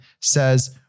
says